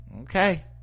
okay